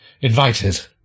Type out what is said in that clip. invited